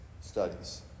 studies